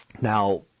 Now